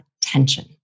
tension